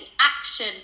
action